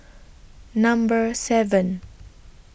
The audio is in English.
Number seven